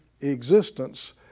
existence